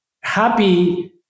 happy